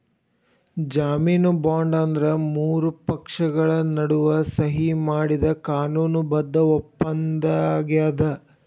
ಜಾಮೇನು ಬಾಂಡ್ ಅಂದ್ರ ಮೂರು ಪಕ್ಷಗಳ ನಡುವ ಸಹಿ ಮಾಡಿದ ಕಾನೂನು ಬದ್ಧ ಒಪ್ಪಂದಾಗ್ಯದ